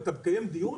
אתה מקיים דיון,